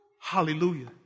Hallelujah